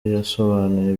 yasobanuye